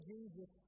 Jesus